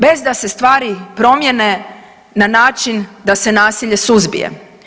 Bez da se stvari promijene na način da se nasilje suzbije.